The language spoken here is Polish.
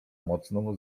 mocno